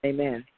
Amen